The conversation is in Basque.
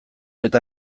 eta